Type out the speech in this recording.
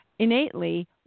Innately